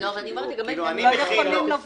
--- אבל הם לא יכולים להיות תלושים מהמהות.